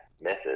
misses